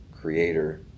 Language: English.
creator